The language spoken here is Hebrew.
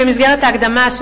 במסגרת ההקדמה,